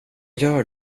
gör